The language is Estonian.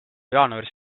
jaanuaris